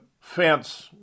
fence